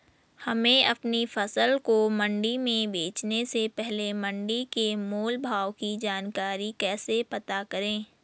हमें अपनी फसल को मंडी में बेचने से पहले मंडी के मोल भाव की जानकारी कैसे पता करें?